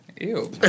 Ew